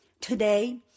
Today